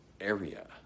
area